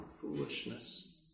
foolishness